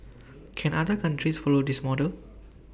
can other countries follow this model